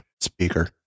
speaker